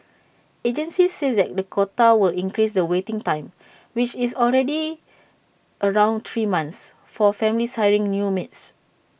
agencies said that the quota will increase the waiting time which is already around three months for families hiring new maids